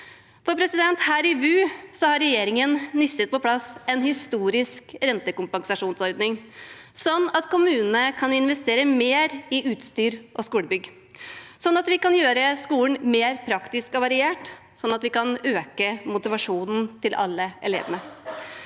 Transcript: Her i VU har regjeringen nisset på plass en historisk rentekompensasjonsordning, slik at kommunene kan investere mer i utstyr og skolebygg, slik at vi kan gjøre skolen mer praktisk og variert, og slik at vi kan øke motivasjonen til alle elevene.